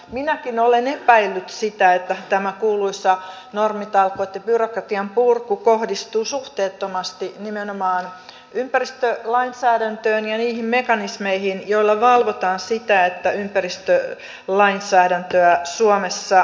minäkin olen epäillyt sitä että nämä kuuluisat normitalkoot ja byrokratianpurku kohdistuvat suhteettomasti nimenomaan ympäristölainsäädäntöön ja niihin mekanismeihin joilla valvotaan sitä että ympäristölainsäädäntöä suomessa noudatetaan